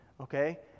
okay